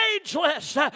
Ageless